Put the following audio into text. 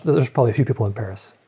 there's probably a few people in paris,